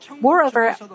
Moreover